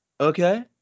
Okay